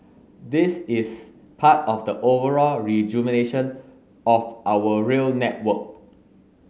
this is part of the overall rejuvenation of our rail network